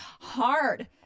hard